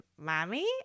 mommy